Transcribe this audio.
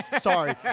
sorry